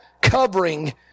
covering